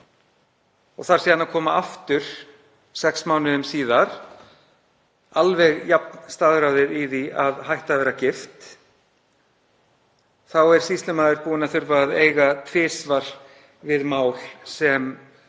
og þarf síðan að koma aftur sex mánuðum síðar, alveg jafn staðráðið í því að hætta að vera gift, hefur sýslumaður þurft að eiga tvisvar við mál sem,